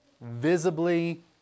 visibly